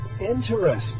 Interesting